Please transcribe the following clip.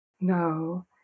No